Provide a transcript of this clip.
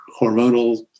hormonal